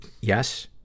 Yes